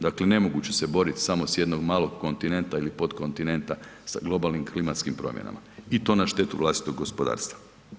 Dakle nemoguće se boriti samo s jednog malog kontinenta ili podkontinenta sa globalnim klimatskim promjenama i to na štetu vlastitog gospodarstva.